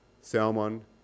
Salmon